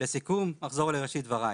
לסיכום אחזור על ראשית דבריי.